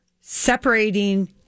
separating